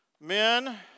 men